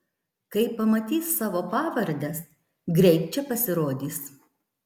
kai pamatys savo pavardes greit čia pasirodys